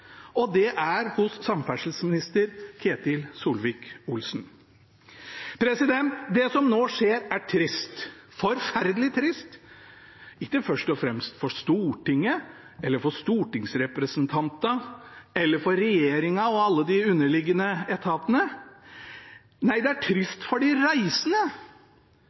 og det er hos samferdselsminister Ketil Solvik-Olsen. Det som nå skjer, er trist – forferdelig trist – ikke først og fremst for Stortinget, for stortingsrepresentantene eller for regjeringen og alle de underliggende etatene. Nei, det er trist for de reisende,